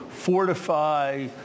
fortify